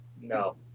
No